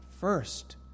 first